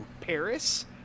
Paris